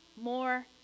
more